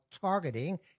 targeting